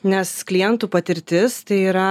nes klientų patirtis tai yra